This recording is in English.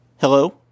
Hello